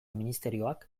ministerioak